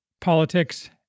politics